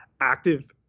active